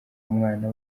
umwana